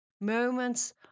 Moments